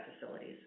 facilities